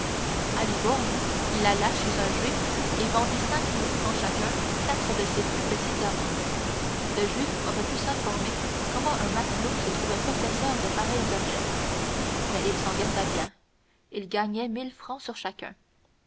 à livourne il alla chez un juif et vendit cinq mille francs chacun quatre de ses plus petits diamants le juif aurait pu s'informer comment un matelot se trouvait possesseur de pareils objets mais il s'en garda bien il gagnait mille francs sur chacun